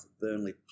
Burnley